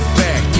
back